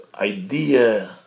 idea